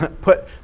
put